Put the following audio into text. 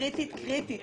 קריטית, קריטית.